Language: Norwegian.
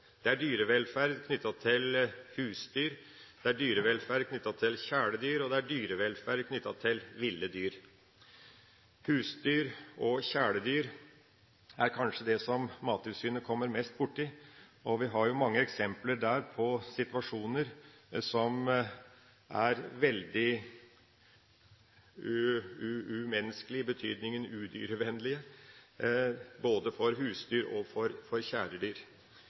er knyttet til husdyr, kjæledyr og ville dyr. Husdyr og kjæledyr er kanskje det som Mattilsynet kommer mest borti. Vi har mange eksempler på situasjoner som er veldig umenneskelige – i betydninga lite dyrevennlige – for både husdyr og kjæledyr. Jeg vil ta opp noe knyttet til husdyr. Husdyra skal ha det godt, for